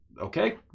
Okay